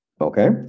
Okay